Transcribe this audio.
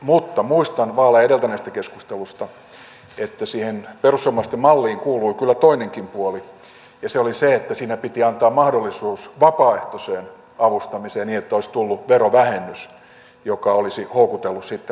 mutta muistan vaaleja edeltäneestä keskustelusta että siihen perussuomalaisten malliin kuului kyllä toinenkin puoli ja se oli se että siinä piti antaa mahdollisuus vapaaehtoiseen avustamiseen niin että olisi tullut verovähennys joka olisi houkutellut sitten rahaa tilalle tähän